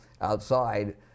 outside